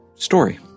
story